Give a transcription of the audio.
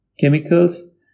chemicals